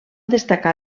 destacar